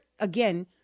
again